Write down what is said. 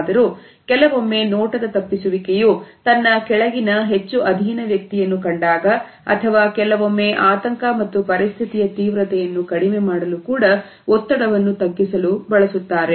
ಆದರೂ ಕೆಲವೊಮ್ಮೆ ನೋಟದ ತಪ್ಪಿಸುವಿಕೆ ಯು ತನ್ನ ಕೆಳಗಿನ ಹೆಚ್ಚು ಅಧೀನ ವ್ಯಕ್ತಿಯನ್ನು ಕಂಡಾಗ ಅಥವಾ ಕೆಲವೊಮ್ಮೆ ಆತಂಕ ಮತ್ತು ಪರಿಸ್ಥಿತಿಯ ತೀವ್ರತೆಯನ್ನು ಕಡಿಮೆ ಮಾಡಲು ಕೂಡ ಒತ್ತಡವನ್ನು ತಗ್ಗಿಸಲು ಕೂಡ ಬಳಸುತ್ತಾರೆ